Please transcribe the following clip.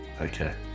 Okay